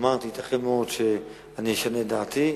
אמרתי שייתכן מאוד שאני אשנה את דעתי.